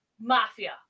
mafia